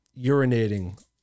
urinating